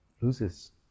loses